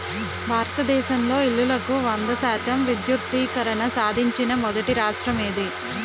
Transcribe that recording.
భారతదేశంలో ఇల్లులకు వంద శాతం విద్యుద్దీకరణ సాధించిన మొదటి రాష్ట్రం ఏది?